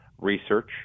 research